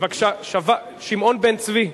שמעון בן-צבי.